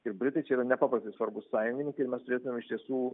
ir britai čia yra nepaprastai svarbūs sąjungininkai mes turėtumėm iš tiesų